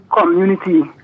community